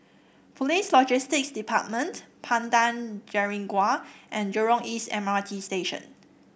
Police Logistics Department Padang Jeringau and Jurong East M R T Station